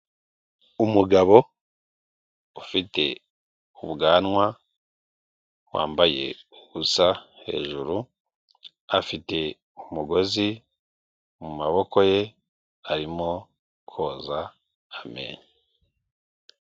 Umugabo ufite ubwanwa, wambaye ubusa hejuru, afite umugozi mu maboko ye, arimo koza amenyo.